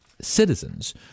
citizens